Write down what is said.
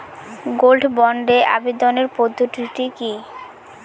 Gold বন্ডে আবেদনের পদ্ধতিটি কি?